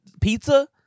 pizza